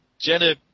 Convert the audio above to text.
Jenna